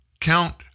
count